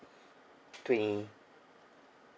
twenty